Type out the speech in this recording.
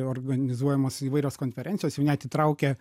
organizuojamos įvairios konferencijos jau net įtraukia